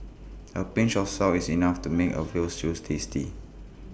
A pinch of salt is enough to make A Veal Stews tasty